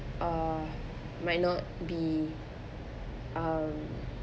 uh might not be um